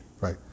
Right